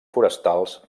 forestals